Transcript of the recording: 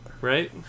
right